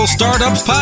Startups